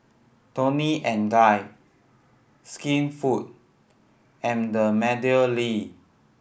Toni and Guy Skinfood and the MeadowLea